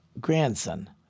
grandson